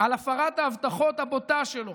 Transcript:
על הפרת ההבטחות הבוטה שלו,